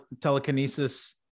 telekinesis